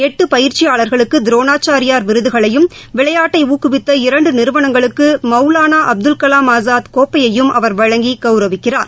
எட்டு பயிற்சியாளர்களுக்கு துரோணாச்சாரியா விருதுகளையும் விளையாட்டை ஊக்குவித்த இரண்டு நிறுவனங்களுக்கு மவுலானா அபுல்கலாம் ஆஸாத் கோப்பையையும் அவர் வழங்கி கௌரவிக்கிறார்